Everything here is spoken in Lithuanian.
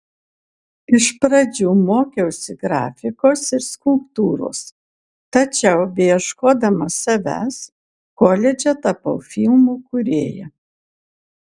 iš pradžių mokiausi grafikos ir skulptūros tačiau beieškodama savęs koledže tapau filmų kūrėja